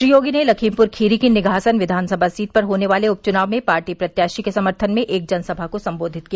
श्री योगी ने लखीमपुर खीरी की निघासन विधानसभा सीट पर होने वाले उपचुनाव में पार्टी प्रत्याशी के समर्थन में एक जनसभा को संबोधित किया